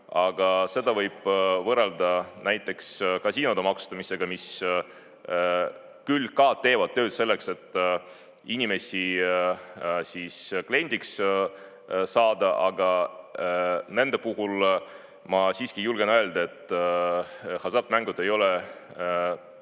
aga seda võib võrrelda näiteks kasiinode maksustamisega, mis küll ka teevad tööd selleks, et inimesi kliendiks saada, aga nende puhul ma siiski julgen öelda, et hasartmängud ei ole